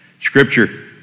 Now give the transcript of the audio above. Scripture